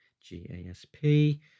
g-a-s-p